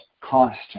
constant